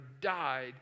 died